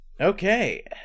okay